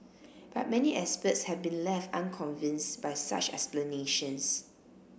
but many experts have been left unconvinced by such explanations